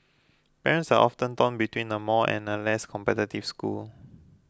parents are often torn between a more and a less competitive school